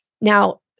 Now